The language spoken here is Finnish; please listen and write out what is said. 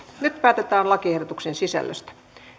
nyt päätetään lakiehdotuksen sisällöstä